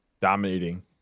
dominating